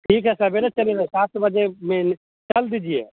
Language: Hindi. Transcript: ठीक है सबेरे चलेंगे सात बजे में कॉल कीजिए